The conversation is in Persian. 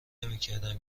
نمیکردم